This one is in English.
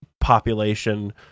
population